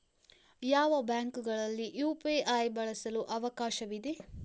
ಯಾವ ಬ್ಯಾಂಕುಗಳಲ್ಲಿ ಯು.ಪಿ.ಐ ಬಳಸಲು ಅವಕಾಶವಿದೆ?